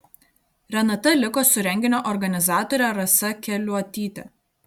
renata liko su renginio organizatore rasa keliuotyte